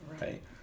Right